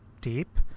deep